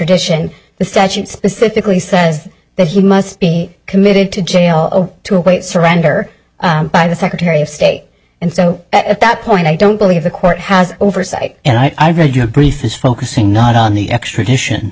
on the statute specifically says that he must be committed to jail or to await surrender by the secretary of state and so at that point i don't believe the court has oversight and i've read your brief is focusing not on the extradition